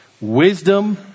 Wisdom